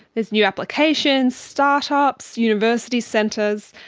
there's new applications, start-ups, university centres,